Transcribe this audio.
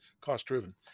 cost-driven